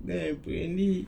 then I punya ni